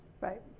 Right